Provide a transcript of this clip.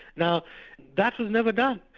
now that was never done,